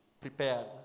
prepared